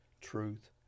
truth